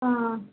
हां